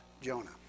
Jonah